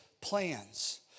plans